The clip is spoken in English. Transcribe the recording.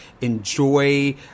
enjoy